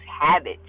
habits